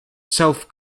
self